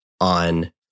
on